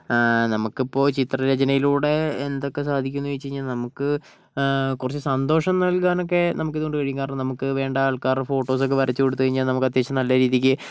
നമുക്കിപ്പോൾ ചിത്രരചനയിലൂടെ എന്തൊക്കെ സാധിക്കുന്നു ചോദിച്ചു കഴിഞ്ഞാൽ നമുക്ക് കുറച്ചു സന്തോഷം നൽകാനൊക്കെ നമുക്കിതു കൊണ്ട് കഴിയും കാരണം നമുക്കു വേണ്ട ആൾക്കാരുടെ ഫോട്ടോസ്സൊക്കെ വരച്ച് കൊടുത്ത് കഴിഞ്ഞാൽ നമുക്കത്യാവശ്യം നല്ല രീതിയിൽ